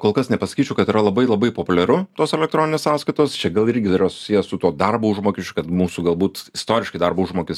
kol kas nepasakyčiau kad yra labai labai populiaru tos elektroninės sąskaitos čia gal irgi dar yra susiję su tuo darbo užmokesčiu kad mūsų galbūt istoriškai darbo užmokes